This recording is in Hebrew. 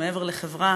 זה מעבר לחברה,